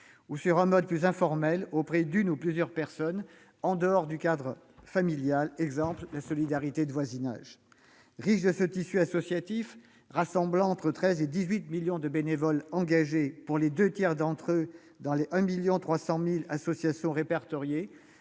soit sur un mode plus informel, auprès d'une ou plusieurs personnes, en dehors du cadre familial. À cet égard, je pense à la solidarité de voisinage. Riche de ce tissu associatif rassemblant entre 13 et 18 millions de bénévoles engagés, pour les deux tiers d'entre eux, dans les 1,3 million d'associations répertoriées,